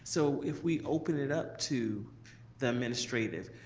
so if we open it up to the administrative,